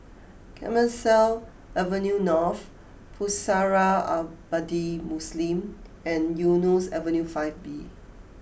Clemenceau Avenue North Pusara Abadi Muslim and Eunos Avenue five B